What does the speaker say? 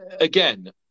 again